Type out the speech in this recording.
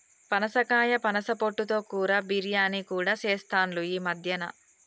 పనసకాయ పనస పొట్టు తో కూర, బిర్యానీ కూడా చెస్తాండ్లు ఈ మద్యన